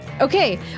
Okay